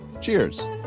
Cheers